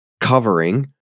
covering